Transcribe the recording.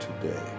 today